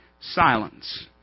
Silence